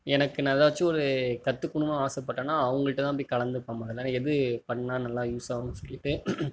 எனக்கு நான் எதாச்சும் ஒரு கற்றுக்குணுன்னு ஆசைப்பட்டனா அவங்களுட்டதான் போய் கலந்துப்பேன் எது பண்ணா நல்லா யூஸ் ஆகும்ன்னு சொல்லிவிட்டு